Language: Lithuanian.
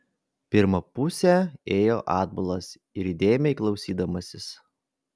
pirmą pusę ėjo atbulas ir įdėmiai klausydamasis